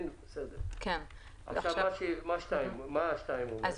מה סעיף 2 אומר?